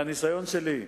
מהניסיון שלי,